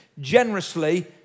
generously